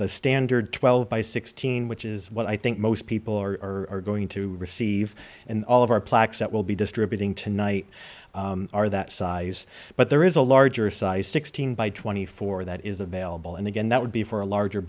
the standard twelve by sixteen which is what i think most people are going to receive and all of our plaques that will be distributing tonight are that size but there is a larger size sixteen by twenty four that is available and again that would be for a larger